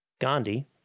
Gandhi